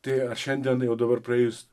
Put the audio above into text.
tai ar šiandien jau dabar praėjus